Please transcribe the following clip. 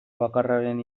bakarraren